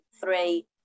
three